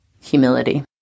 humility